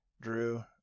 Drew